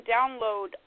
download